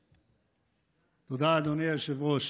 תודה, אדוני היושב-ראש.